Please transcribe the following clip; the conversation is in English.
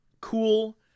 cool